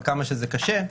עם כמה שזה קשה,